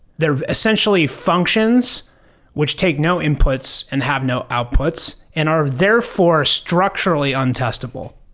they're essentially functions which take no inputs and have no outputs and are therefore, structurally untestable.